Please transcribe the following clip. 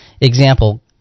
example